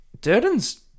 Durden's